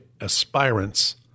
aspirants